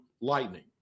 lightning